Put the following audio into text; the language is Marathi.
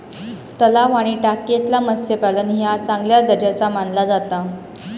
तलाव आणि टाकयेतला मत्स्यपालन ह्या चांगल्या दर्जाचा मानला जाता